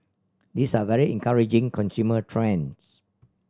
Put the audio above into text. these are very encouraging consumer trends